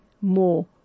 more